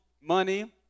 money